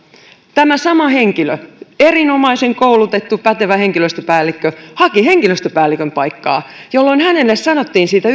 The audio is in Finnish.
tämä sama henkilö erinomaisen koulutettu pätevä henkilöstöpäällikkö haki henkilöstöpäällikön paikkaa jolloin hänelle sanottiin siitä